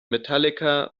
metallica